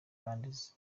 kandi